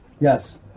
Yes